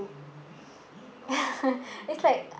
it's like